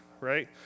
right